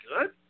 good